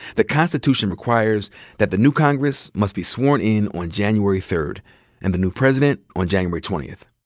the constitution requires that the new congress must be sworn in on january third and the new president on january twentieth.